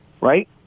right